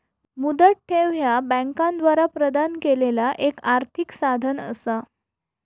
मुदत ठेव ह्या बँकांद्वारा प्रदान केलेला एक आर्थिक साधन असा